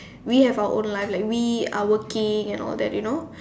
we have our own life like we are working and all that you know